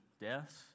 deaths